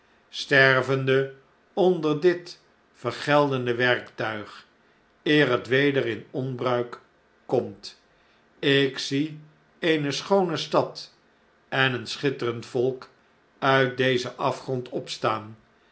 stervende onder dit vergeldende werktuig eer het weder in onbruik komi ik zie eene schoone stad en een schitterend volk uit dezen afgrond opstaan